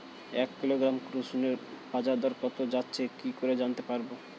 এক কিলোগ্রাম রসুনের বাজার দর কত যাচ্ছে কি করে জানতে পারবো?